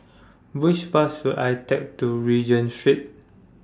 Which Bus should I Take to Regent Street